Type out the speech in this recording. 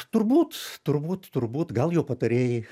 turbūt turbūt turbūt gal jo patarėjai